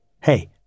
Hey